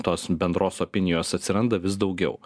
tos bendros opinijos atsiranda vis daugiau